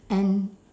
and